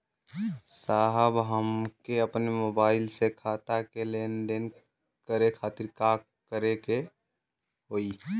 साहब हमके अपने मोबाइल से खाता के लेनदेन करे खातिर का करे के होई?